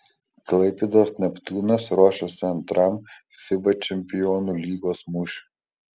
klaipėdos neptūnas ruošiasi antram fiba čempionų lygos mūšiui